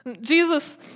Jesus